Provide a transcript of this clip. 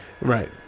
Right